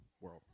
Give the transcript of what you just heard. world